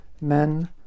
Men